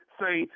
say